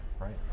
right